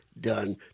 done